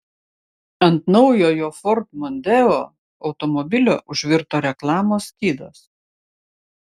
ant naujo jo ford mondeo automobilio užvirto reklamos skydas